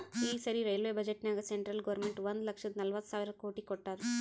ಈ ಸರಿ ರೈಲ್ವೆ ಬಜೆಟ್ನಾಗ್ ಸೆಂಟ್ರಲ್ ಗೌರ್ಮೆಂಟ್ ಒಂದ್ ಲಕ್ಷದ ನಲ್ವತ್ ಸಾವಿರ ಕೋಟಿ ಕೊಟ್ಟಾದ್